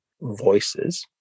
voices